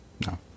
No